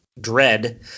Dread